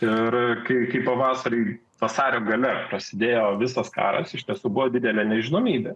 ir kai kaip pavasariui vasario gale prasidėjo visas karas iš tiesų buvo didelė nežinomybė